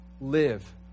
live